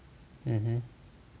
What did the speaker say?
mm